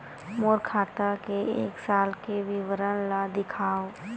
मोर खाता के एक साल के विवरण ल दिखाव?